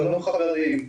שלום חברים,